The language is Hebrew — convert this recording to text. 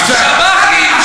שוכראן.